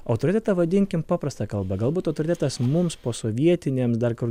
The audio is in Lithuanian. autoritetą vadinkim paprasta kalba galbūt autoritetas mums posovietiniams dar kol